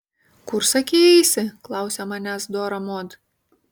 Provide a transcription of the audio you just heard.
kur sakei eisi klausia manęs dora mod